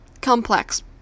complex